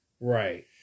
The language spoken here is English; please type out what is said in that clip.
Right